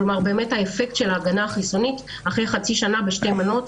כלומר האפקט של ההגנה החיסונית אחרי חצי שנה בשתי מנות,